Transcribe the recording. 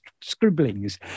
scribblings